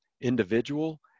individual